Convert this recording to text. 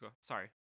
Sorry